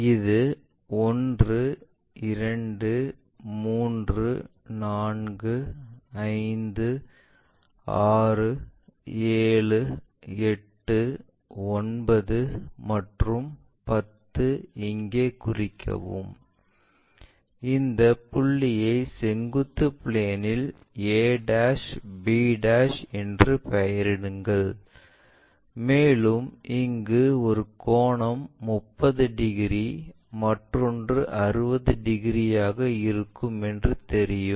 இது 1 2 3 4 5 6 7 8 9 மற்றும் 10 இங்கே குறிக்கவும் இந்த புள்ளியை செங்குத்து பிளேன் இல் a b என்று பெயரிடுங்கள் மேலும் இங்கு ஒரு கோணம் 30 டிகிரி மற்றொன்று 60 டிகிரி ஆக இருக்கும் என்று தெரியும்